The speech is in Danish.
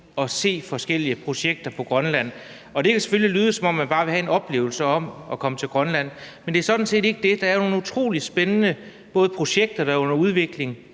at se forskellige projekter på Grønland. Og det kan selvfølgelig lyde, som om man bare vil have en oplevelse ved at komme til Grønland, men det er sådan set ikke det. Der er jo både nogle utrolig spændende projekter, der er under udvikling